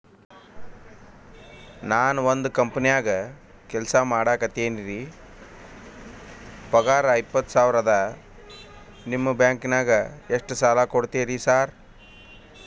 ನಾನ ಒಂದ್ ಕಂಪನ್ಯಾಗ ಕೆಲ್ಸ ಮಾಡಾಕತೇನಿರಿ ಪಗಾರ ಇಪ್ಪತ್ತ ಸಾವಿರ ಅದಾ ನಿಮ್ಮ ಬ್ಯಾಂಕಿನಾಗ ಎಷ್ಟ ಸಾಲ ಕೊಡ್ತೇರಿ ಸಾರ್?